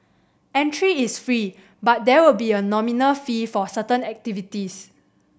entry is free but there will be a nominal fee for certain activities